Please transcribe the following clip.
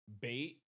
bait